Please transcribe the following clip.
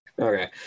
Okay